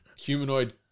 humanoid